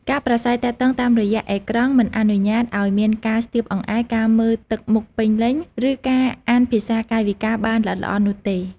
ការប្រាស្រ័យទាក់ទងតាមរយៈអេក្រង់មិនអនុញ្ញាតឱ្យមានការស្ទាបអង្អែល ការមើលទឹកមុខពេញលេញ ឬការអានភាសាកាយវិការបានល្អិតល្អន់នោះទេ។